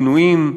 עינויים,